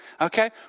okay